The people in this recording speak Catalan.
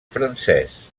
francès